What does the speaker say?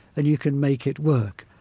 and you can make it work.